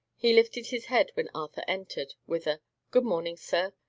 he lifted his head when arthur entered, with a good morning, sir,